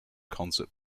concert